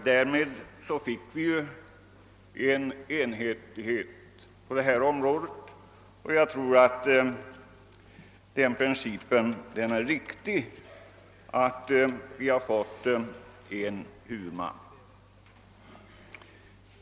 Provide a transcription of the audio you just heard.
Därmed fick vi ju enhetlighet på detta område, och jag tror att det är en riktig princip att det blivit en huvudman.